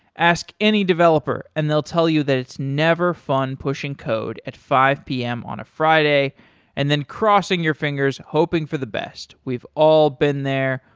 ask any developer and they'll tell you that it's never fun pushing code at five p m. on a friday and then crossing your fingers hoping for the best. we've all been there.